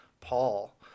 Paul